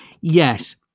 Yes